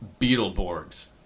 Beetleborgs